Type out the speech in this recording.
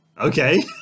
okay